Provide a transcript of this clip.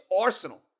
arsenal